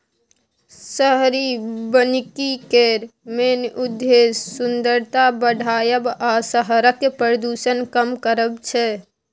शहरी बनिकी केर मेन उद्देश्य सुंदरता बढ़ाएब आ शहरक प्रदुषण कम करब छै